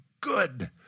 good